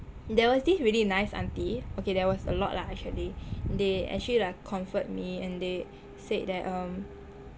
there was this really nice auntie okay there was a lot lah actually they actually like comfort me and they said that um